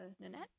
Nanette